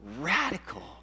radical